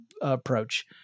approach